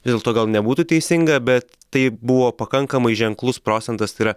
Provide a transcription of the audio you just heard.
vis dėlto gal nebūtų teisinga bet tai buvo pakankamai ženklus procentas tai yra